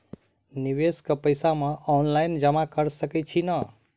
निवेश केँ पैसा मे ऑनलाइन जमा कैर सकै छी नै?